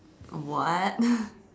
what